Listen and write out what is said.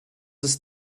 ist